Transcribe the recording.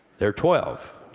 there are twelve.